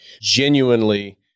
genuinely